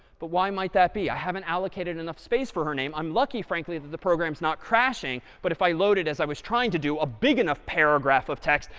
but why might that be? i haven't allocated enough space for her name. i'm lucky frankly, that the program's not crashing. but if i loaded as i was trying to do, a big enough paragraph of text,